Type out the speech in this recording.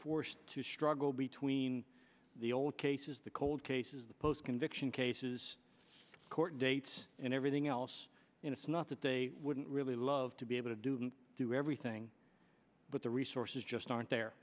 forced to struggle between the old cases the cold cases the post conviction cases court dates and everything else in a snub that they wouldn't really love to be able to do didn't do everything but the resources just aren't there